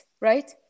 right